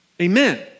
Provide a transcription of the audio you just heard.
Amen